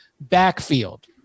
backfield